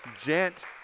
gent